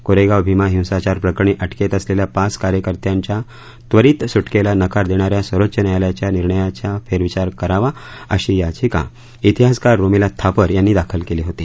कोरेगाव भीमा हिंसाचार करणी अटकेत असले या पाच कायक या या वरीत सुटकेला नकार देणा या सव च यायालया या निणया या फेरविचार करावा अशी याचिका इतिहासकार रोमिला थापर यांनी दाखल केली होती